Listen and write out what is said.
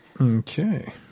Okay